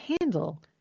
handle